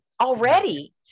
already